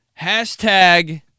Hashtag